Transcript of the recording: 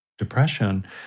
depression